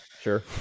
sure